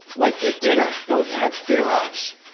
like at dinner they'll have fear-offs.